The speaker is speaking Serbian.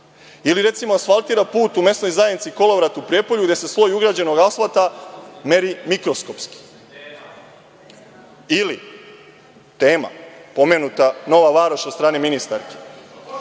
ili, recimo, asfaltira put u mesnoj zajednici Kolovrat u Prijepolju, gde se sloj urađenog asfalta meri mikroskopski. Ili, tema, pomenuta Nova Varoš od strane ministarke.